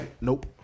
Nope